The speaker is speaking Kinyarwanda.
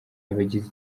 abagize